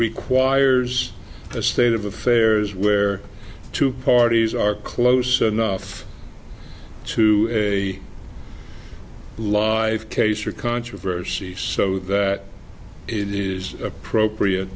requires the state of affairs where two parties are close enough to a live case or controversy so that it is appropriate